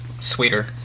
sweeter